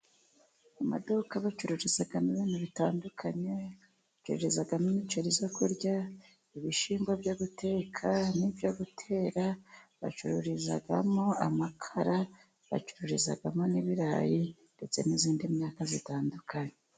Amaduka bacururizamo ibintu bitandukanye, bacuruzimo imiceri yo kurya, ibishyimba byo guteka n'ibyo gutera, bacururizamo amakara, bacururizamo n'ibirayi ndetse n'iyindi myaka itandukanye.